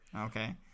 Okay